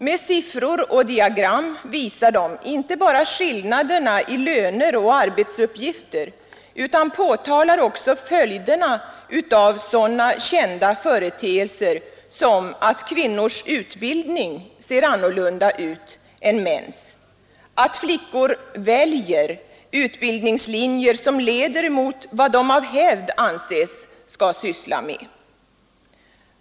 Med siffror och diagram inte bara visar de skillnaderna i löner och arbetsuppgifter utan påtalar också följderna av sådana kända företeelser som att kvinnors utbildning ser annorlunda ut än mäns, att flickor ”väljer” utbildningslinjer som leder mot vad de av hävd anses böra syssla med.